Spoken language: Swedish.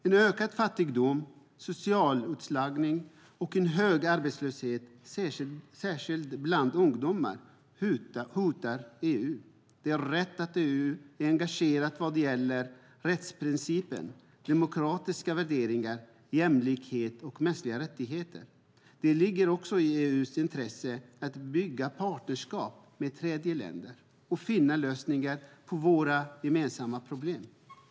En ökad fattigdom, social utslagning och en hög arbetslöshet, särskilt bland ungdomar, hotar EU. Det är rätt att EU är engagerad vad gäller rättsprinciper, demokratiska värderingar, jämlikhet och mänskliga rättigheter. Det ligger också i EU:s intresse att bygga partnerskap med tredjeländer och finna lösningar på våra gemensamma problem.